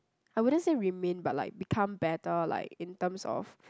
I wouldn't say remain but like become better like in terms of